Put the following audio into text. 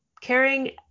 caring